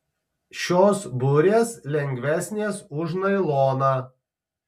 šios burės lengvesnės už nailoną